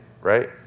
right